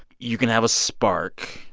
you can have a spark,